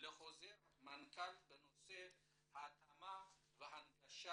לחוזר מנכ"ל בנושא התאמה והנגשה